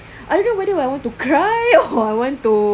I don't know whether I want to cry or I want to